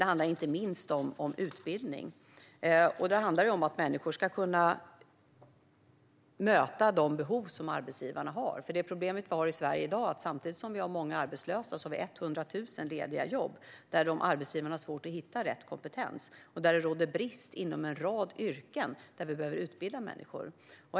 Det handlar också, inte minst, om utbildning. Det handlar om att människor ska kunna möta de behov som arbetsgivarna har. Problemet vi har i Sverige i dag är att vi samtidigt som vi har många arbetslösa har 100 000 lediga jobb, där arbetsgivarna har svårt att hitta rätt kompetens. Det råder brist inom en rad yrken, där vi behöver utbilda människor.